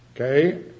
Okay